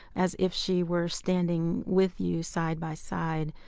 as if she were standing with you, side by side,